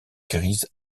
grise